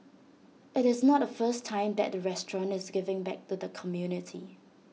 IT is not the first time that the restaurant is giving back to the community